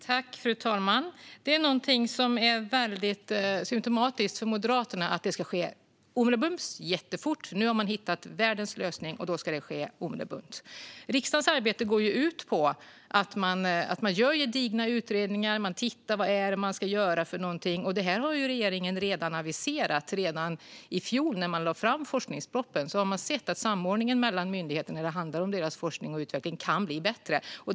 Fru talman! Det är symtomatiskt för Moderaterna att det här ska ske omedelbums och jättefort. Nu har man hittat världens lösning, och då ska det ske omedelbums. Riksdagens arbete går ju ut på att man gör gedigna utredningar och tittar på vad det är man ska göra. Och det här har regeringen redan aviserat. Redan i fjol när man lade fram forskningspropositionen hade man sett att samordningen mellan myndigheterna när det handlar om deras forskning och utveckling kan bli bättre.